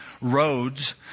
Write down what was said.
roads